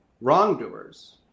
wrongdoers